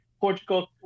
Portugal